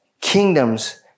kingdoms